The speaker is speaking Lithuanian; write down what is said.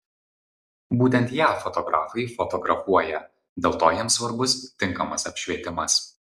būtent ją fotografai fotografuoja dėl to jiems svarbus tinkamas apšvietimas